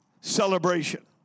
celebration